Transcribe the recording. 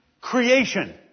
Creation